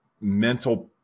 mental